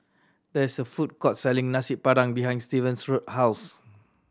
there is a food court selling Nasi Padang behind Stevan's Road house